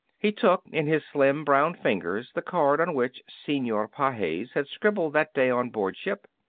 he took in his slim, brown fingers the card on which senor pages had scribbled that day on board ship.